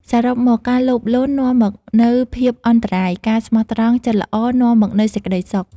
សរុបមក ការលោភលន់នាំមកនូវភាពអន្តរាយ ការស្មោះត្រង់ ចិត្តល្អ នាំមកនូវសេចក្ដីសុខ។